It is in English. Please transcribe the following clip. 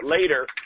later